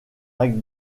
acte